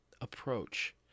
Approach